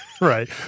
Right